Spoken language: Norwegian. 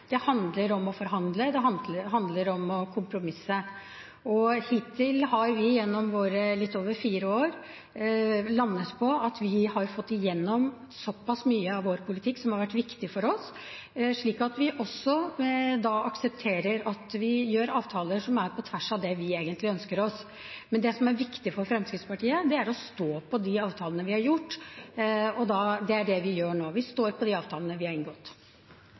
Stortinget handler om å forhandle, det handler om å kompromisse. Og hittil har vi gjennom våre litt over fire år i regjering landet på at vi har fått gjennom såpass mye av vår politikk som har vært viktig for oss, at vi også da aksepterer at vi inngår avtaler som er på tvers av det vi egentlig ønsker oss. Men det som er viktig for Fremskrittspartiet, er å stå ved de avtalene vi har gjort, og det er det vi gjør nå – vi står ved de avtalene vi har inngått.